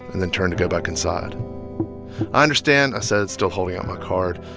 and then turned to go back inside. i understand, i said, still holding out my card.